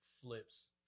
flips